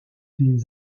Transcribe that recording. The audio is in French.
des